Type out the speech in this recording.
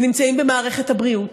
ונמצאים במערכת הבריאות,